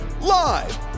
live